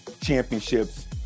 Championships